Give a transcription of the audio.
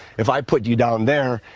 if i put you down there,